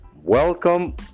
Welcome